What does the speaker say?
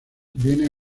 viene